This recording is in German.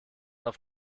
auf